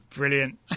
Brilliant